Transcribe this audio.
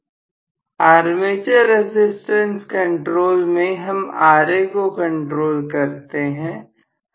armature resistance control में हम Ra को कंट्रोल करते हैं